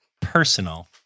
personal